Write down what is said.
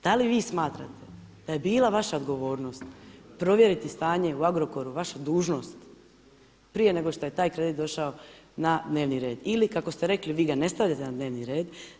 Da li vi smatrate da je bila vaša odgovornost provjeriti stanje u Agrokoru, vaša dužnost prije nego što je taj kredit došao na dnevni red ili kako ste rekli vi ga ne stavljate na dnevni red.